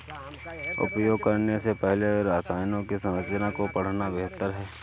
उपयोग करने से पहले रसायनों की संरचना को पढ़ना बेहतर है